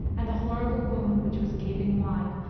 and the horrible wound, which was gaping wide,